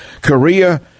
Korea